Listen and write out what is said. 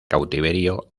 cautiverio